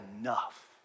enough